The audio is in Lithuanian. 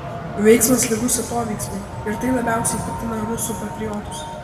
veiksmas lygus atoveiksmiui ir tai labiausiai piktina rusų patriotus